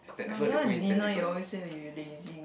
no sometimes dinner you always say that you lazy